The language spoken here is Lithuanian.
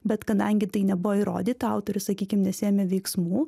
bet kadangi tai nebuvo įrodyta autorius sakykim nesiėmė veiksmų